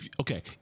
Okay